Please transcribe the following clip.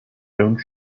don’t